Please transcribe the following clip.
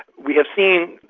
we have seen,